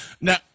Now